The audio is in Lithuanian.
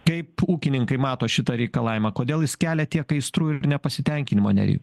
kaip ūkininkai mato šitą reikalavimą kodėl jis kelia tiek aistrų ir nepasitenkinimo nerijau